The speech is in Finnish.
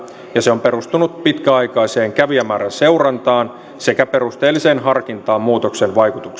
ja se on perustunut pitkäaikaiseen kävijämäärän seurantaan sekä perusteelliseen harkintaan muutoksen vaikutuksista